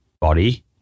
body